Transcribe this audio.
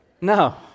No